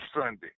Sunday